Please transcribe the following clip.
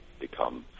become